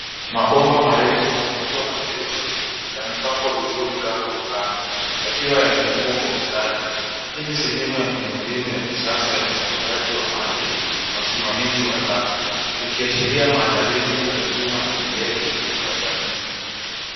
Mabomba marefu, makubwa na meusi yamepangwa vizuri kando kwa kando yakiwa yamefungwa kwa ustadi. Hii ni sehemu ya miundo mbinu ya kisasa ya usambazaji wa maji na usimamizi wa taka, ikiashiria maandalizi ya huduma endelevu kwa jamii.